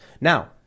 Now